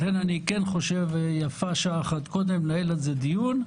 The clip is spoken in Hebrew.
לכן אני כן חושב שיפה שעה אחת קודם לנהל על זה דיון,